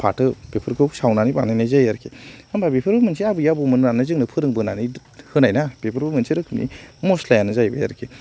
फाथो बेफोरखौबो सावनानै बानायनाय जायो आरोखि होनब्ला बेफोरो मोनसे आबै आबौ मोना जोंनो फोरोंबोनानै होनायना बेफोरबो मोनसे रेखोमनि मस्लायानो जाहैबाय आरोखि